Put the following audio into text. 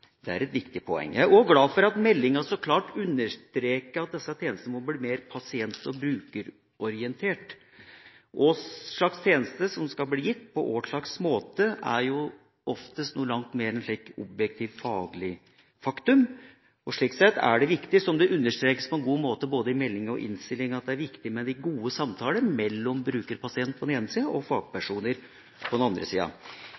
Det er et viktig poeng. Jeg er også glad for at meldinga så klart understreker at disse tjenestene må bli mer pasient- og brukerorienterte. Hva slags tjenester som skal gis, og på hvilken måte, er oftest en objektiv, faglig sak. Slik sett er det, som det understrekes på en god måte i både melding og innstilling, viktig med de gode samtalene mellom bruker/pasient på den ene sida og fagpersoner på den andre sida.